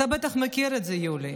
אתה בטח מכיר את זה, יולי.